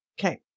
Okay